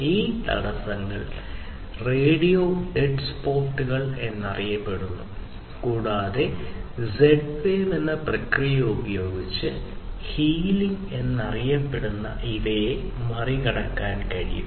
ഈ തടസ്സങ്ങൾ radio dead സ്പോട്ടുകൾ എന്നറിയപ്പെടുന്നു കൂടാതെ ഇസഡ് വേവ് എന്ന പ്രക്രിയ ഉപയോഗിച്ച് ഹീലിങ് എന്നറിയപ്പെടുന്ന ഇവയെ മറികടക്കാൻ കഴിയും